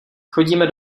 chodíme